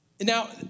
Now